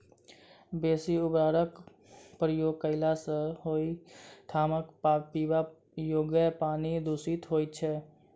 बेसी उर्वरकक प्रयोग कयला सॅ ओहि ठामक पीबा योग्य पानि दुषित होइत छै